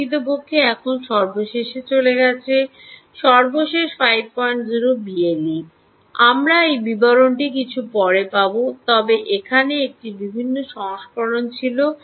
প্রকৃতপক্ষে এখন সর্বশেষে চলে গেছে সর্বশেষে 50 বিএলই হয় আমরা এই বিবরণটি কিছুটা পরে যাব তবে এখানে একটি বিভিন্ন সংস্করণ ছিল